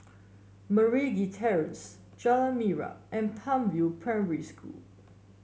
Meragi Terrace Jalan Minyak and Palm View Primary School